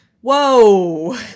whoa